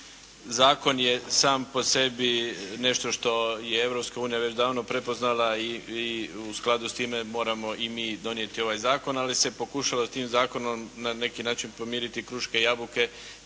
Zakon je sam po sebi nešto što je Europska unija već davno prepoznala i u skladu s time moramo i mi donijeti ovaj zakon ali se pokušalo i tim zakonom na neki način pomiriti kruške i jabuke